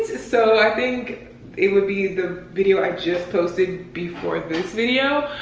so i think it would be the video i just posted before this video.